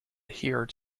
adhere